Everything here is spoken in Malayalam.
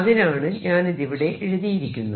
അതിനാണ് ഞാനിതിവിടെ എഴുതിയിരിക്കുന്നത്